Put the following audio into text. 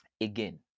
Again